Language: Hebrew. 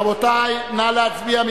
רבותי, נא להצביע.